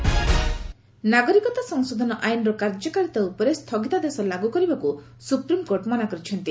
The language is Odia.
ଏସ୍ସି ସିଏଏ ନାଗରିକ ସଂଶୋଧନ ଆଇନର କାର୍ଯ୍ୟକାରିତା ଉପରେ ସ୍ଥଗିତାଦେଶ ଲାଗୁ କରିବାକୁ ସୁପ୍ରିମ୍କୋର୍ଟ ମନା କରିଛନ୍ତି